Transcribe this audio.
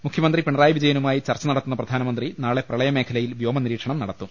മുഖ്യമന്ത്രി പിണറായി വിജയനുമായി ചർച്ച നടത്തുന്ന പ്രധാനമന്ത്രി നാളെ പ്രളയമേഖലയിൽ വ്യോമ നിരീ ക്ഷണം നടത്തും